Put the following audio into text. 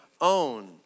own